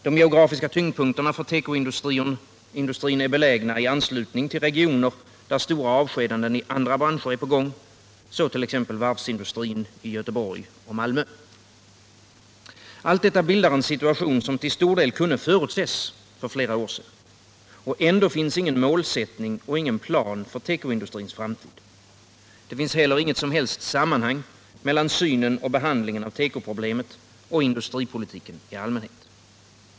De geografiska tyngdpunkterna för tekoindustrin är vidare belägna i anslutning till regioner, där stora avskedanden i andra branscher är på gång, t.ex. varvsindustrin i Göteborg och Malmö. Allt detta gör att vi har fått den situation som till stor del kunde förutses för flera år sedan. Och ändå finns det ingen målsättning och ingen plan för tekoindustrins framtid. Det finns heller inget som helst sammanhang mellan synen och behandlingen av tekoproblemet och industripolitiken i allmänhet.